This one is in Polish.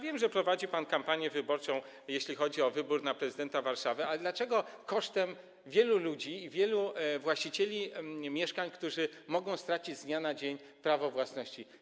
Wiem, że prowadzi pan kampanię wyborczą, jeśli chodzi o wybór na prezydenta Warszawy, ale dlaczego kosztem wielu ludzi i wielu właścicieli mieszkań, którzy mogą stracić z dnia na dzień prawo własności.